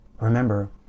remember